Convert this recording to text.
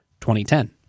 2010